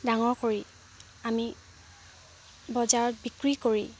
ডাঙৰ কৰি আমি বজাৰত বিক্ৰী কৰি